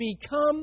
become